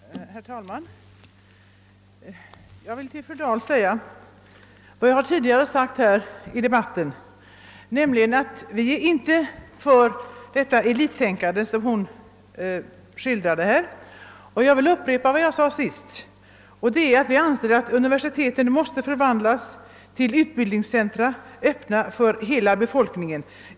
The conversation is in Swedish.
Herr talman! Jag vill, fru Dahl, upprepa vad jag tidigare framhållit i debatten, nämligen att vi inte är för det elittänkande som fru Dahl skildrade och att vi anser att universiteten måste för vandlas till utbildningscentra öppna för hela befolkningen.